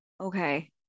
Okay